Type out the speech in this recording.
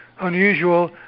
unusual